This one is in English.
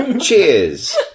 Cheers